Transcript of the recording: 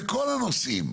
בכל הנושאים.